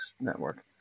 network